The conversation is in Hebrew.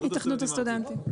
התאחדות הסטודנטים.